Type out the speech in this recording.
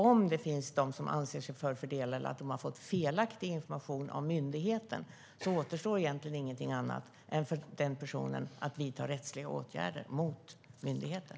Om det finns de som anser sig förfördelade eller att de har fått felaktig information av myndigheten återstår egentligen ingenting annat för de personerna än att vidta rättsliga åtgärder mot myndigheten.